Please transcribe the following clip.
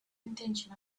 intention